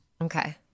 Okay